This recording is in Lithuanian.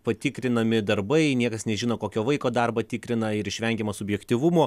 patikrinami darbai niekas nežino kokio vaiko darbą tikrina ir išvengiama subjektyvumo